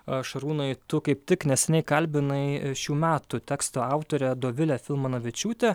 a šarūnui tu kaip tik neseniai kalbinai šių metų teksto autorę dovilę filmanavičiūtę